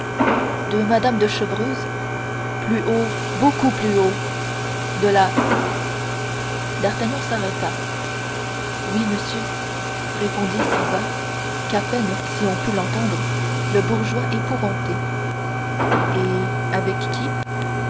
de mme de chevreuse plus haut beaucoup plus haut de la d'artagnan s'arrêta oui monsieur répondit si bas qu'à peine si on put l'entendre le bourgeois épouvanté et avec qui